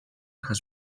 has